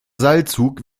seilzug